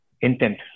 intent